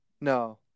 No